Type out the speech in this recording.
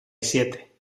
siete